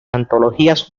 antologías